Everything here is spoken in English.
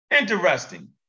Interesting